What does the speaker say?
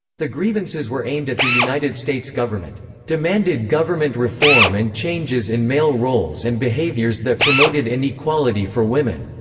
the grievances were aimed at the united states government demanded government reform and changes in male roles and behaviors that promoted inequality for women.